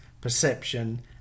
perception